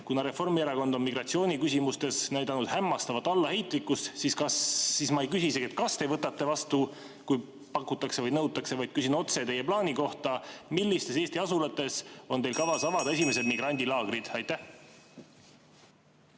Kuna Reformierakond on migratsiooniküsimustes näidanud hämmastavat allaheitlikkust, siis ma ei küsi isegi, kas te võtate vastu, kui pakutakse või nõutakse, vaid küsin otse teie plaani kohta: millistes Eesti asulates on teil kavas avada esimesed migrandilaagrid? Aitäh!